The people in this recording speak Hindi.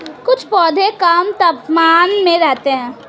कुछ पौधे कम तापमान में रहते हैं